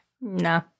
No